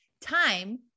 time